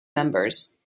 members